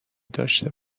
داشته